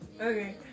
Okay